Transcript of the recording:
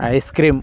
ice-cream